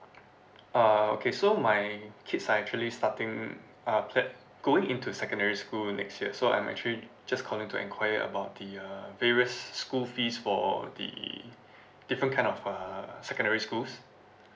uh okay so my kids are actually starting uh pla~ going into secondary school next year so I'm actually just calling to inquire about the uh various school fees for the different kind of uh secondary schools